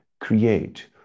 create